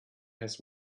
has